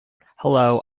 hullo